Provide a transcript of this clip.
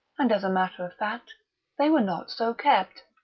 and as a matter of fact they were not so kept.